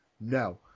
No